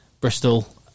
Bristol